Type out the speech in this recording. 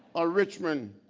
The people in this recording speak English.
a richmond,